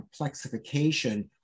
complexification